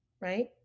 Right